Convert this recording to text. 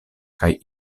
kaj